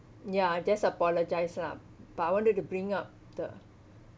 ya just apologize lah but I wanted to bring up the